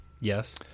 Yes